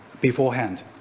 beforehand